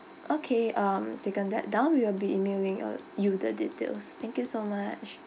okay um taken that down we will be emailing uh you the details thank you so much